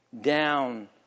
down